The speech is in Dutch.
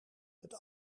het